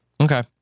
Okay